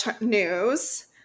news